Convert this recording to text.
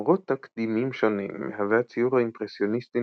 למרות תקדימים שונים מהווה הציור האימפרסיוניסטי